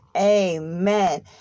Amen